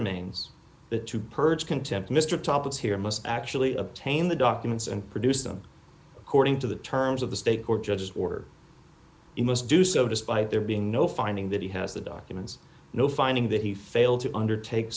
remains that to purge contempt mr topics here must actually obtain the documents and produce them according to the terms of the state court judge's order you must do so despite there being no finding that he has the documents no finding that he failed to undertake